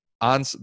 on